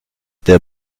der